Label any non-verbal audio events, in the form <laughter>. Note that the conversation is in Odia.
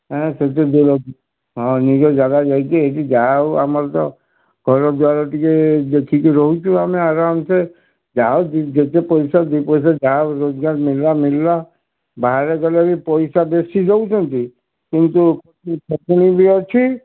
ଏଁ ସେଠି <unintelligible> ହଁ ନିଜ ଯାଗା ଯାଇ କି ଏଇଠି ଯାହା ହଉ ଆମର ତ ଘର ଦ୍ୱାର ଟିକେ ଦେଖିକି ରହୁଛୁ ଆମେ ଆରାମସେ ଯାହା ହେଉ ଯେତେ ପଇସା ଦୁଇ ପଇସା ଯାହା ରୋଜଗାର ମିଳିଲା ମିଳିଲା ବାହାରେ ଗଲେ ପଇସା ବେଶୀ ଦେଉଛନ୍ତି କିନ୍ତୁ <unintelligible> ଅଛି